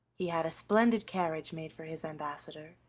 he had a splendid carriage made for his ambassador,